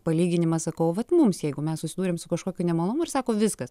palyginimą sakau vat mums jeigu mes susidūrėm su kažkokiu nemalonumu ir sako viskas